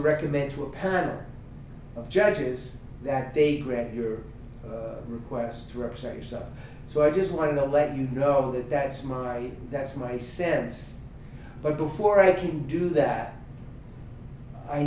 recommend to a panel of judges that they grant your request to represent yourself so i just want to let you know that that's my that's my sense but before i can do that i